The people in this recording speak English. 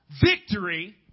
victory